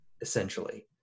essentially